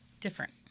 different